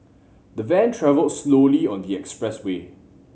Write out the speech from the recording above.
the Van travelled slowly on the expressway